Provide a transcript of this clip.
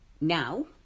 Now